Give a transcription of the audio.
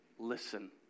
Listen